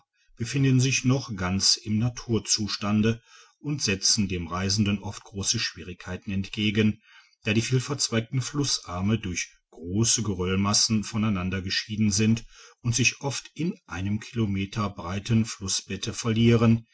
befinden sich noch ganz im naturzustande und setzen dem reisenden oft grosse schwierigkeiten entgegen da die vielverzweigten flussarme durch grosse geröllmassen von einander geschieden sind und sich oft in einem kilometer breiten flussbette verlieren